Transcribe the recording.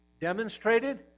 demonstrated